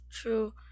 True